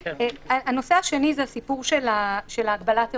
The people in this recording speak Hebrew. הנושא השני הוא הגבלת אירועים.